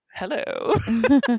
hello